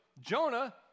Jonah